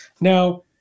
Now